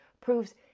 proves